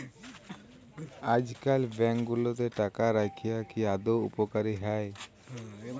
আইজকাল ব্যাংক গুলাতে টাকা রাইখা কি আদৌ উপকারী হ্যয়